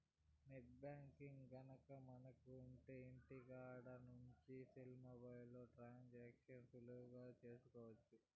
net banking గనక మనకు ఉంటె ఇంటికాడ నుంచి సెల్ ఫోన్లో ట్రాన్సాక్షన్స్ సులువుగా చేసుకోవచ్చు